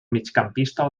migcampista